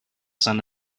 son